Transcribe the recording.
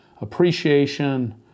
appreciation